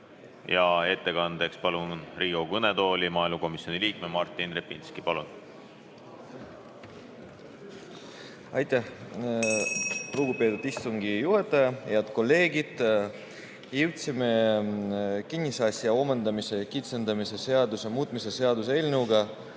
Ettekandeks palun Riigikogu kõnetooli maaelukomisjoni liikme Martin Repinski. Palun! Aitäh, lugupeetud istungi juhataja! Head kolleegid! Jõudsime kinnisasja omandamise kitsendamise seaduse muutmise seaduse eelnõuga